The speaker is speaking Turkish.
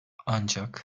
ancak